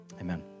amen